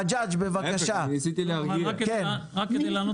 אז אני אענה על